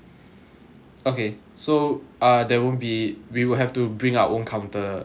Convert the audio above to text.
okay so uh there won't be we will have to bring our own counter to the hotel